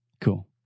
Cool